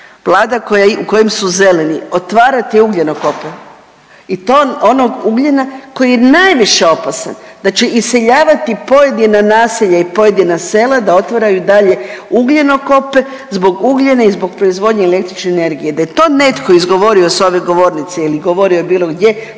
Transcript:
koja, u kojem su zeleni, otvarati ugljenokope i to onog ugljena koji je najviše opasan, da će iseljavati pojedina naselja i pojedina sela da otvaraju i dalje ugljenokope zbog ugljena i zbog proizvodnje električne energije. Da je to netko izgovorio s ove govornice ili govorio bilo gdje